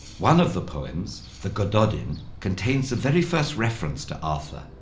one of the poems, the gododdin, contains the very first reference to arthur,